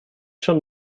schon